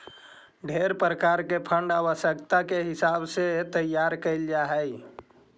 ढेर प्रकार के फंड आवश्यकता के हिसाब से तैयार कैल जात हई